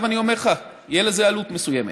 עכשיו אני אומר לך: תהיה לזה עלות מסוימת.